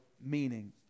meaning